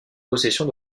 possession